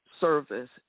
service